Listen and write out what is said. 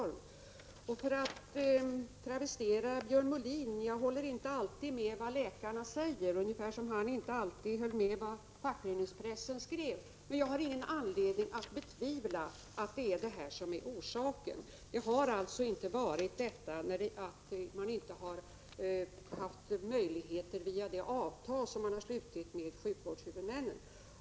För att travestera Björn Molin: Jag håller inte alltid med om vad läkarna säger, ungefär som han inte alltid håller med om vad fackföreningspressen skriver. Jag har emellertid ingen anledning att betvivla uppgifterna om orsaken till stängningarna. Det var alltså inte så att City-akuterna inte hade möjligheter att hålla öppet via det avtal som de har slutit med sjukvårdshuvudmännen.